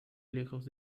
lejos